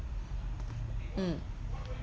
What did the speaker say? mm